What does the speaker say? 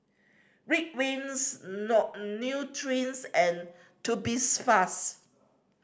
Ridwind Nutren and Tubifast